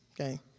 okay